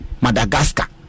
Madagascar